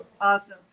awesome